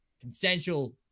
consensual